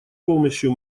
помощью